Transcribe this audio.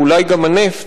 ואולי גם הנפט,